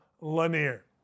Lanier